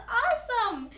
awesome